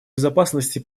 безопасности